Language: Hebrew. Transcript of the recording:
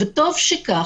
וטוב שכך,